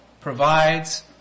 provides